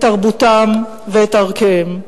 את תרבותם ואת ערכיהם.